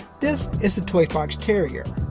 this is the toy fox terrier,